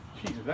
Jesus